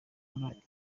gukora